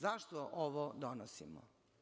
Zašto ovo donosimo?